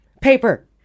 Paper